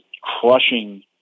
crushing